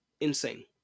insane